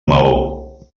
maó